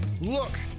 Look